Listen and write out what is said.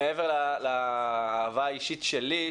שמעבר לאהבה האישית שלי,